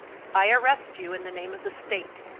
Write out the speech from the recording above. i arrest you in the name of the state!